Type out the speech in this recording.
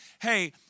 Hey